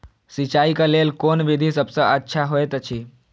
सिंचाई क लेल कोन विधि सबसँ अच्छा होयत अछि?